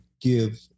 give